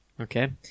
Okay